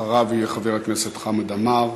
אחריו יהיו חברי הכנסת חמד עמאר,